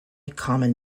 common